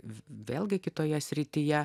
vėlgi kitoje srityje